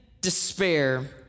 despair